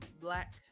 black